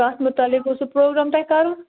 کَتھ مُتعلق اوسو پرٛوگرام تۄہہِ کَرُن